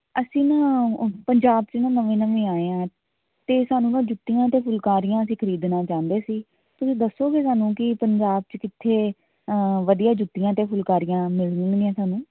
ਅਸੀਂ ਨਾ ਪੰਜਾਬ 'ਚ ਨਾ ਨਵੇਂ ਨਵੇਂ ਆਏ ਹਾਂ ਅਤੇ ਸਾਨੂੰ ਨਾ ਜੁੱਤੀਆਂ ਅਤੇ ਫੁਲਕਾਰੀਆਂ ਅਸੀਂ ਖਰੀਦਣਾ ਚਾਹੁੰਦੇ ਸੀ ਤੁਸੀਂ ਦੱਸੋਗੇ ਸਾਨੂੰ ਕਿ ਪੰਜਾਬ 'ਚ ਕਿੱਥੇ ਵਧੀਆ ਜੁੱਤੀਆਂ ਅਤੇ ਫੁਲਕਾਰੀਆਂ ਮਿਲਣਗੀਆਂ ਸਾਨੂੰ